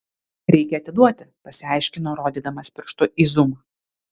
reikia atiduoti pasiaiškino rodydamas pirštu į zumą